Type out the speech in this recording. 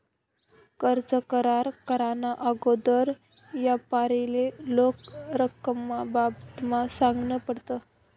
कर्ज करार कराना आगोदर यापारीले रोख रकमना बाबतमा सांगनं पडस